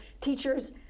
teachers